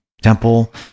temple